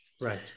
right